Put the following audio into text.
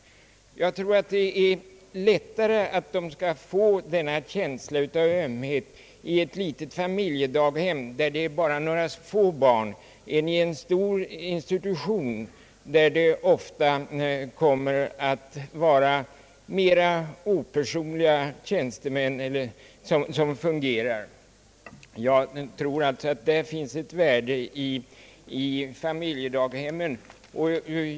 Jag anser att barnen lättare får denna ömhet i ett litet familjedaghem, där det bara finns några få barn, än i en stor institution där det ofta blir mera opersonliga befattningshavare. som fungerar. I detta avseende tror jag 'att familjedaghemmen har ett speciellt värde.